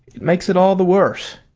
it makes it all the worse.